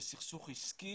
בסכסוך עסקי,